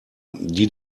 die